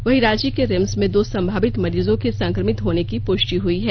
वहीं रांची के रिम्स में दो संभावित मरीजों के संक्रमित होने की पुष्टि हुई है